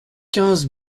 quinze